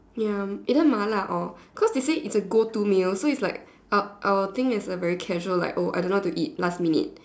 ya either mala or cause you say it's a go to meal so is like I I will think it's a very casual like oh I don't know what to eat last minute